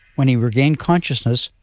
when he regained consciousness,